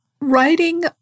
writing